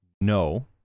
No